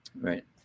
Right